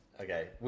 Okay